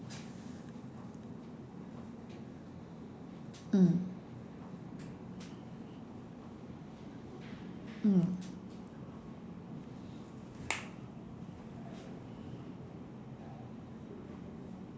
mm mm